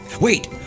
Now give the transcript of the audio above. Wait